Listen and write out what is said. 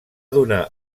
donar